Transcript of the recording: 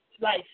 life